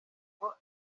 ngo